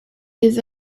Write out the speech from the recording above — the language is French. des